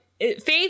Faith